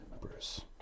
Bruce